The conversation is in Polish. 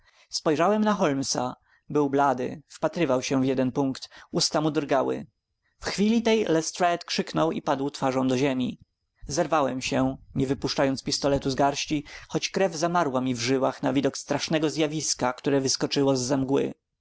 spojrzałem na holmesa był blady wpatrywał się w jeden punkt usta mu drgały w chwili tej lestrade krzyknął i padł twarzą do ziemi zerwałem się nie wypuszczając pistoletu z garści choć krew zamarła mi w żyłach na widok strasznego zjawiska które wyskoczyło